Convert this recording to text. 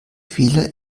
fehler